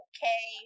Okay